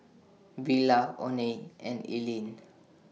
Willa Oney and Ellyn